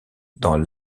dans